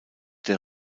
der